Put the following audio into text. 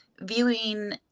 viewing